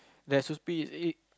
recipe the egg